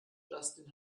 justin